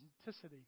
authenticity